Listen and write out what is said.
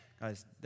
Guys